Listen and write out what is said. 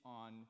on